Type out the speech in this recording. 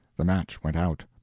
the match went out.